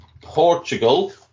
Portugal